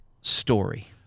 story